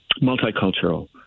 multicultural